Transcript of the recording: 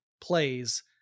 plays